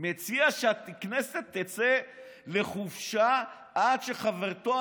הוא מציע שהכנסת תצא לחופשה עד שחברתו